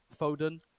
Foden